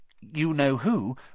you-know-who